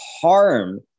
harm